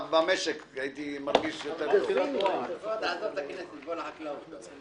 העניין של 100, 200. תקנה 7 (ג) ו-(ד).